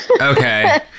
Okay